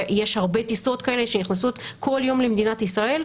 ויש הרבה טיסות כאלה שנכנסות כל יום למדינת ישראל.